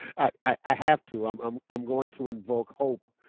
i have to, um um i'm going to invoke hope.